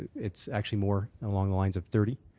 it's actually more along the lines of thirty.